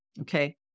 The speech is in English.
Okay